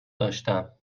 داشتم